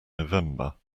november